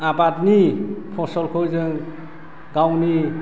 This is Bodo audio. आबादनि फसलखौ जों गावनि